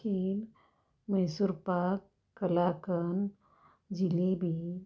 खीर Mysore pak kalakand jalebi